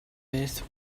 beth